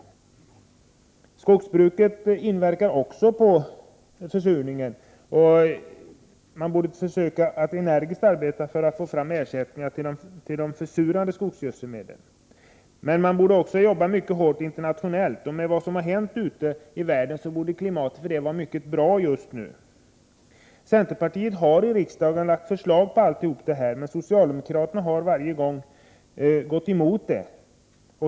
Skogsbruket inverkar också på försurningen, och man borde arbeta energiskt för att försöka få fram ersättningar till de försurande skogsgödselmedlen. Men man borde också jobba hårt internationellt. Mot bakgrund av vad som har hänt ute i världen borde klimatet för detta vara mycket bra just nu. Centerpartiet har i riksdagen lagt fram förslag om allt det här, men socialdemokraterna har varje gång gått emot dem.